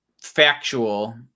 factual